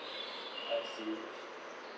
I see